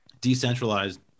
decentralized